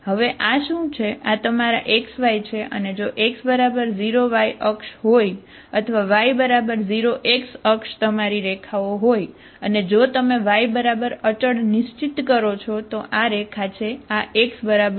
આ x અચળ આ રેખા છે બરાબર